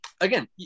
again